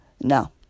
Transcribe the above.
no